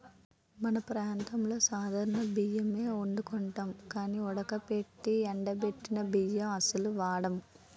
మన ప్రాంతంలో సాధారణ బియ్యమే ఒండుకుంటాం గానీ ఉడకబెట్టి ఎండబెట్టిన బియ్యం అస్సలు వాడం